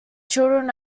children